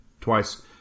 twice